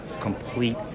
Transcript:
complete